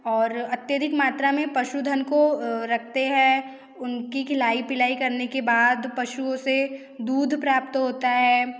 और अत्यधिक मात्रा में पशुधन को रखते हैं उनकी खिलाई पीलाई करने के बाद पशुओं से दूध प्राप्त होता है